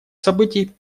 событий